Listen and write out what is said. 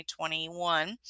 2021